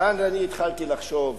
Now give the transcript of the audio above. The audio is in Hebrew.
ואז אני התחלתי לחשוב,